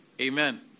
Amen